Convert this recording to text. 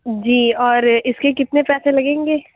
جی اور اِس کے کتنے پیسے لگیں گے